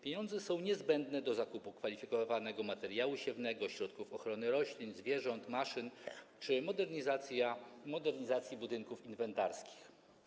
Pieniądze są niezbędne do zakupu kwalifikowanego materiału siewnego, środków ochrony roślin, zwierząt, maszyn czy modernizacji budynków inwentarskich.